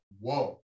whoa